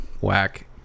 whack